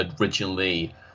originally